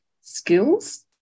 skills